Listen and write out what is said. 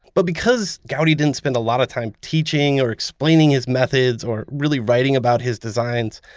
but because gaudi didn't spend a lot of time teaching, or explaining his methods, or really writing about his designs,